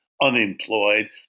unemployed